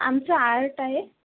आमचं आर्ट आहे